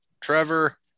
Trevor